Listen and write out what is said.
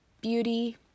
beauty